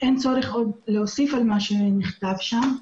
אין צורך להוסיף עוד על מה שנכתב שם.